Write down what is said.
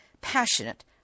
passionate